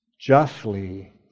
justly